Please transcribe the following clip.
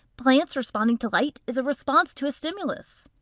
plants responding to light is a response to a stimulus.